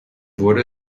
wurde